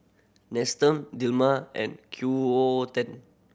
Nestum Dilmah and Q O O ten